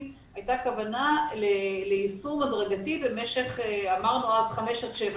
הייתה כוונה ליישום הדרגתי במשך 5-7 שנים,